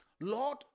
Lord